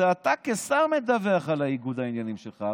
זה אתה כשר מדווח על ניגוד העניינים שלך.